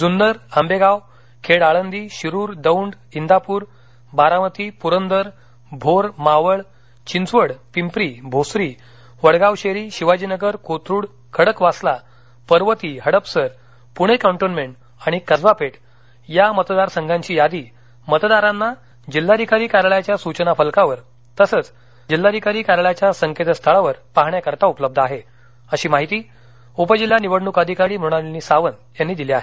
Junnar Ambegaon Khed Alandi Shirur Daund Indapur Baramati Purandar Bhor Maval Chinchwad Pimpri Bhosari Vadgaon Sheri Shivajinagar Kothrud Khadakwasla Parvati Hadapsar Pune cantonment Kasba Peth या मतदार संघांघी यादी मतदारांना जिल्हाधिकारी कार्यालयाच्या सूचना फलकावर तसंच जिल्हाधिकारी कार्यालयाच्या संकेत स्थळावर पाहण्याकरीता उपलब्ध आहे अशी माहिती उप जिल्हा निवडणूक अधिकारी मृणालिनी सावंत यांनी दिली आहे